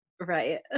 right